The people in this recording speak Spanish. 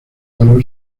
valor